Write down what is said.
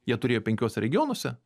ją turėjo penkiuose regionuose